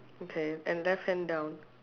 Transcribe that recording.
okay and left hand down